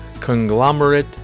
Conglomerate